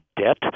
debt